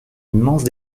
immense